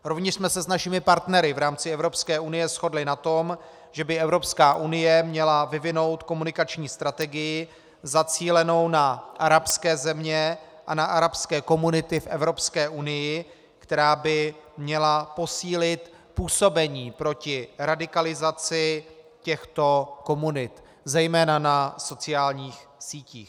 Rovněž jsme se s našimi partnery v rámci Evropské unie shodli na tom, že by Evropská unie měla vyvinout komunikační strategii zacílenou na arabské země a na arabské komunity v Evropské unii, která by měla posílit působení proti radikalizaci těchto komunit zejména na sociálních sítích.